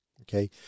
Okay